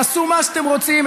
תעשו מה שאתם רוצים,